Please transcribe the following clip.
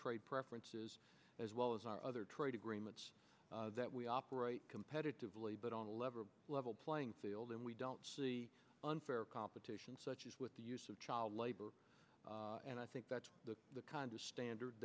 trade preferences as well as our other trade agreements that we operate competitively but on a lever a level playing field and we don't see unfair competition such as with the use of child labor and i think that's the kind of standard